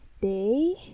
day